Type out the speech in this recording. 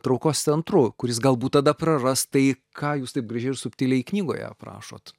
traukos centru kuris galbūt tada praras tai ką jūs taip gražiai ir subtiliai knygoje aprašot